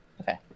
Okay